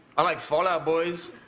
i like fall out boys.